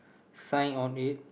sign on it